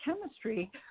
chemistry